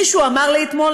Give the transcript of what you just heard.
מישהו אמר לי אתמול,